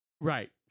Right